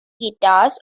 guitars